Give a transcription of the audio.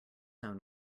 own